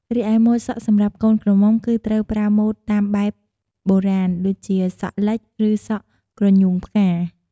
រីឯម៉ូតសក់សម្រាប់កូនក្រមុំគឺត្រូវប្រើម៉ូតតាមបែបបុរាណ ដូចជា សក់លិចឬសក់ក្រញូងផ្កា។